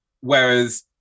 Whereas